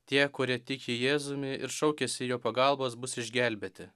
tie kurie tiki jėzumi ir šaukiasi jo pagalbos bus išgelbėti